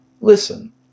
Listen